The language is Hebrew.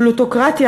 פלוטוקרטיה,